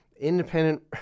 independent